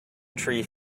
tree